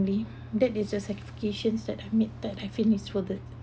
that is the sacrifices that I made that I think is worth it